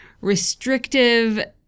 restrictive